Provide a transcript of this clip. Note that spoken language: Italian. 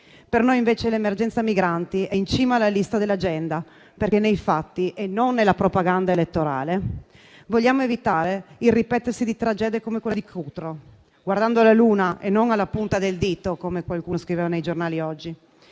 Per noi, invece, l'emergenza migranti è in cima alla lista dell'agenda, perché nei fatti e non nella propaganda elettorale vogliamo evitare il ripetersi di tragedie come quella di Cutro, guardando la luna e non la punta del dito come qualcuno scriveva nei giornali oggi,